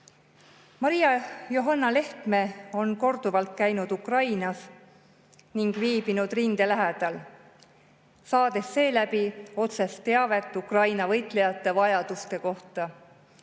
Johanna-Maria Lehtme on korduvalt käinud Ukrainas ning viibinud rinde lähedal, saades seeläbi otsest teavet Ukraina võitlejate vajaduste kohta.